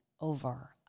over